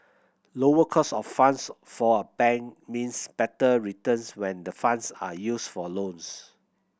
lower cost of funds for a bank means better returns when the funds are used for loans